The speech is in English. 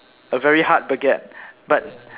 a very hard baguette but